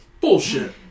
Bullshit